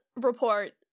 report